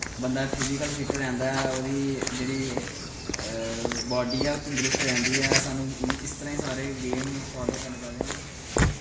बंदा physical fit रौंह्दा ऐ ओह्दी जेह्ड़ी बाडी ऐ ओह् तंदरुस्त रौंह्दी ऐ सानूं इ'यां इस तरह ही सारे गेम फालो करने चाहिदे ऐं